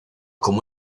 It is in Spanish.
como